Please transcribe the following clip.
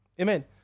Amen